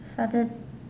satur~